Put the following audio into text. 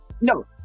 No